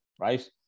right